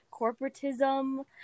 corporatism